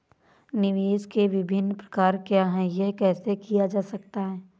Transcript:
निवेश के विभिन्न प्रकार क्या हैं यह कैसे किया जा सकता है?